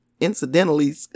incidentally